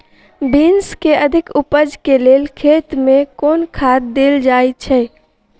Beans केँ अधिक उपज केँ लेल खेत मे केँ खाद देल जाए छैय?